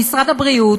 במשרד הבריאות,